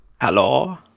Hello